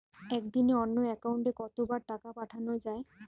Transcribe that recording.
একদিনে অন্য একাউন্টে কত বার টাকা পাঠানো য়ায়?